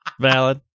valid